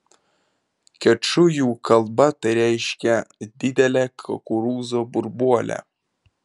kečujų kalba tai reiškia didelę kukurūzo burbuolę